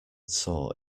sore